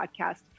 podcast